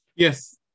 Yes